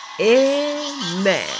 Amen